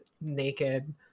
naked